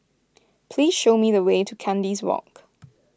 please show me the way to Kandis Walk